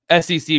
sec